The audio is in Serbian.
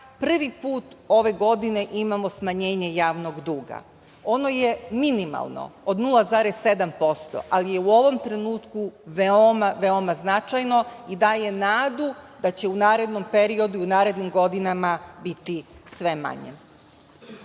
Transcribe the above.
prvi put ove godine imamo smanjenje javnog duga. Ono je minimalno, od 0,7%, ali je u ovom trenutku veoma, veoma značajno i daje nadu da će u narednom periodu i narednim godinama biti sve manja. Zato